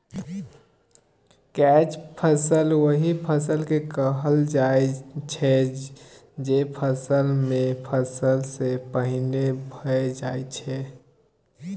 catch crop ओहि फसल केँ कहल जाइ छै जे फसल मेन फसल सँ पहिने भए जाइ छै